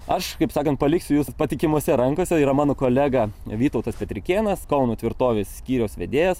aš kaip sakant paliksiu jus patikimose rankose yra mano kolega vytautas petrikėnas kauno tvirtovės skyriaus vedėjas